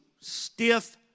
stiff